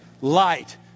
light